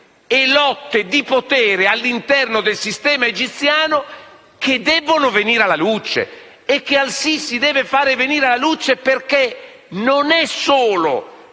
e lotte di potere all'interno del sistema egiziano che devono venire alla luce e che al-Sisi deve far venire alla luce. Non è in